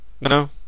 no